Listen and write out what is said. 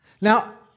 Now